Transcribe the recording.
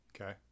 Okay